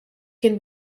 can